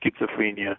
schizophrenia